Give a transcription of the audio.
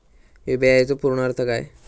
UPI चो पूर्ण अर्थ काय?